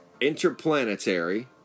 Interplanetary